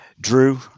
drew